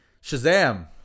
shazam